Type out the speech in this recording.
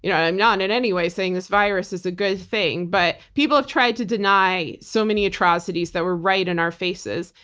you know and um not in any way saying this virus is a good thing but people have tried to deny so many atrocities that were right in our faces.